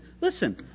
Listen